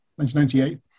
1998